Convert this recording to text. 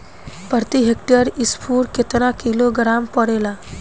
प्रति हेक्टेयर स्फूर केतना किलोग्राम परेला?